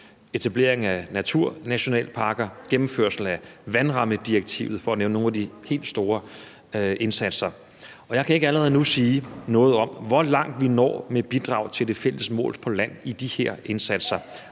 etablering af naturnationalparker og gennemførelse af vandrammedirektivet – for at nævne nogle af de helt store indsatser. Jeg kan ikke allerede nu sige noget om, hvor langt vi når med bidrag til det fælles mål på land i de her indsatser.